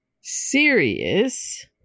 serious